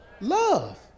Love